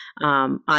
on